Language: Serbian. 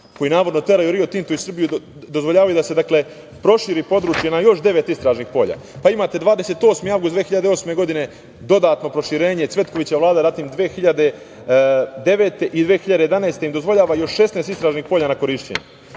koji navodno teraju „Rio Tinto“ iz Srbije i dozvoljavaju da se proširi područje na još devet istražnih polja. Imate 28. avgust 2008. godine i dodatno proširenje, Cvetkovićeva Vlada. Zatim, 2009. i 2011. godine se dozvoljava još 16 istražnih polja na korišćenje